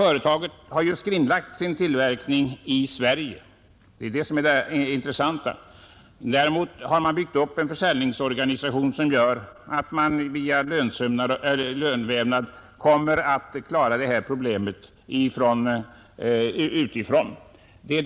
Det intressanta är att företaget i fråga icke utvidgar sin tillverkning i Sverige men har byggt upp en försäljningsorganisation, som kommer att försörjas genom lönvävnad i utlandet.